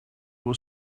will